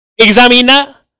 examina